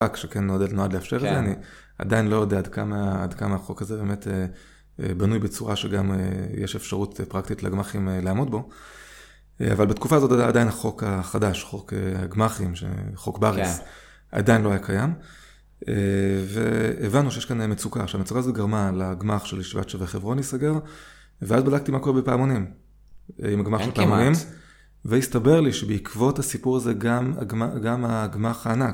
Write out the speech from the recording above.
שכן נועד לאפשר את זה, אני עדיין לא יודע עד כמה החוק הזה באמת בנוי בצורה שגם יש אפשרות פרקטית לגמחים לעמוד בו. אבל בתקופה הזאת עדיין החוק החדש, חוק הגמחים, חוק בריס, עדיין לא היה קיים. והבנו שיש כאן מצוקה, שהמצוקה הזו גרמה לגמח של ישיבת שווה חברון ניסגר, ואז בדקתי מה קורה בפעמונים, עם הגמח של פעמונים, והסתבר לי שבעקבות הסיפור הזה גם הגמח הענק.